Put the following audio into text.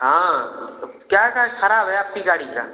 हाँ क्या क्या खराब है आपकी गाड़ी का